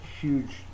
huge